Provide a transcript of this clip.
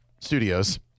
studios